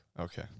Okay